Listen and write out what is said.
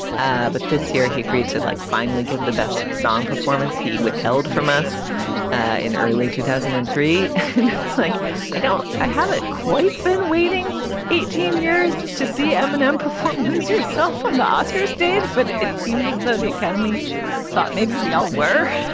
ah but this year he agreed to like finally give the best song performance he withheld from us in early two thousand and three point it's like i don't i haven't quite been waiting eighteen years to see eminem perform lose yourself on the oscars stage, but it seemed as though the academy thought maybe we all were.